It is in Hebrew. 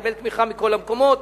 מקבל תמיכה מכל המקומות.